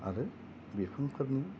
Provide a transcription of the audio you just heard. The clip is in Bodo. आरो बिफांफोरनि